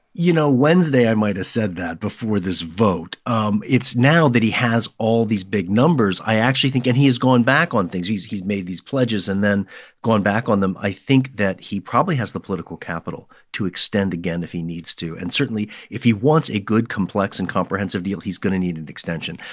you know, wednesday, i might've said that before this vote. um it's now that he has all these big numbers i actually think and he's gone back on things. he's he's made these pledges and then gone back on them. i think that he probably has the political capital to extend again if he needs to. and certainly, if he wants a good, complex and comprehensive deal, he's going to need an extension.